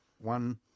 one